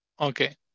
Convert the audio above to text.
okay